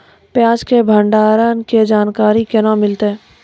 प्याज के भंडारण के जानकारी केना मिलतै?